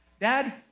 Dad